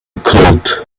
cold